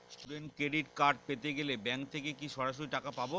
Student credit card পেতে গেলে bank থেকে কি সরাসরি টাকা পাবো?